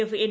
F N